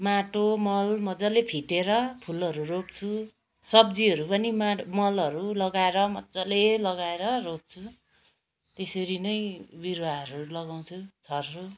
माटो मल मजाले फिटेर फुलहरू रोप्छु सब्जीहरू पनि मलहरू लगाएर मजाले लगाएर रोप्छु त्यसरी नै बिरुवाहरू लगाउँछु छर्छु